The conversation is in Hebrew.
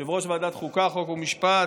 יושב-ראש ועדת החוקה, חוק ומשפט,